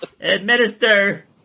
Administer